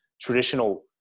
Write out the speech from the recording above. traditional